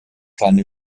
keine